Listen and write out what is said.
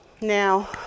Now